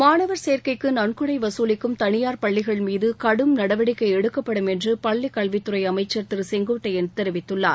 மாணவர் சேர்க்கைக்கு நன்கொடை வசூலிக்கும் தனியார் பள்ளிகள் மீது கடும் நடவடிக்கை எடுக்கப்படும் என்று பள்ளிக்கல்வித் துறை அமைச்சர் திரு செங்கோட்டையன் தெரிவித்துள்ளார்